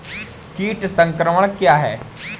कीट संक्रमण क्या है?